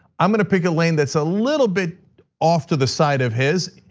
i'm gonna pick a lane that's a little bit off to the side of his,